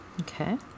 Okay